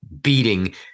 beating